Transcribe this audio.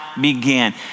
began